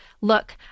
look